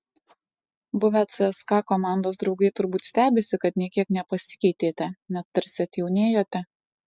buvę cska komandos draugai turbūt stebisi kad nė kiek nepasikeitėte net tarsi atjaunėjote